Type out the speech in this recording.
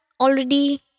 already